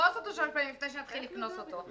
נתפוס אותו לשלם לפני שנתחיל לקנוס אותו.